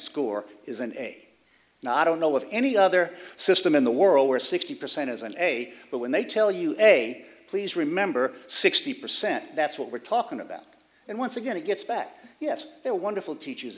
score is an no i don't know of any other system in the world where sixty percent is an eight but when they tell you may please remember sixty percent that's what we're talking about and once again it gets back yet they're wonderful teachers